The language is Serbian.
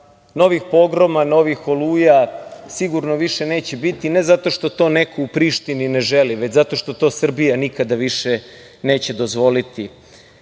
novih pogroma, novih „Oluja“ sigurno više neće biti, ali ne zato što to neko u Prištini ne želi, već zato što to Srbija nikada više neće dozvoliti.